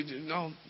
No